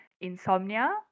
insomnia